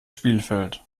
spielfeld